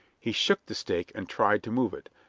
he shook the stake and tried to move it,